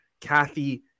Kathy